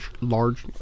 large